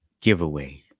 giveaway